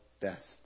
best